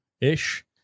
ish